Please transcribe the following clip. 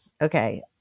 Okay